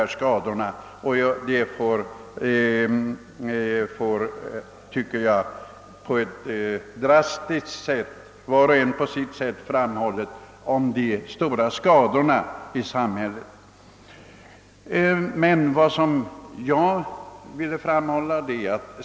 De har var och en på sitt sätt drastiskt framhållit dessa skadeverkningar i samhället.